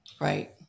Right